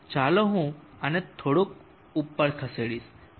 ચાલો હું આને થોડુંક ઉપર ખસેડીશ 17